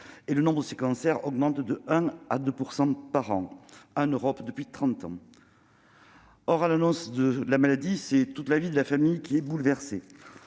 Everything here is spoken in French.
Le nombre de ces cancers augmente de 1 % à 2 % par an en Europe depuis trente ans. À l'annonce de la maladie, c'est toute la vie de la famille qui est bouleversée.